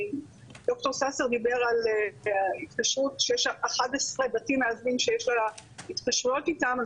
ד"ר ססר דיבר על התקשרות שיש 11 בתים מאזנים שיש לה התקשרויות איתם.